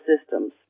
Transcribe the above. systems